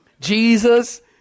Jesus